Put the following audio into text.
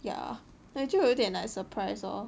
ya like 就有一点 like surprised lor